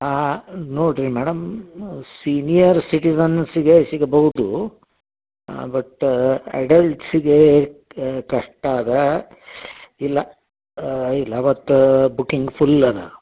ಹಾಂ ಹಾಂ ನೋಡಿರಿ ಮೇಡಮ್ ಸೀನಿಯರ್ ಸಿಟಿಸನ್ಸಿಗೆ ಸಿಗಬೌದು ಹಾಂ ಬಟ್ ಎಡಲ್ಟ್ಸಿಗೆ ಕಷ್ಟ ಅದ ಇಲ್ಲ ಇಲ್ಲ ಅವತ್ತು ಬುಕ್ಕಿಂಗ್ ಫುಲ್ ಅದ